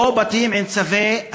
או בתים עם צווי הריסה.